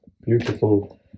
beautiful